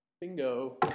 bingo